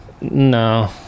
No